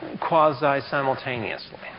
quasi-simultaneously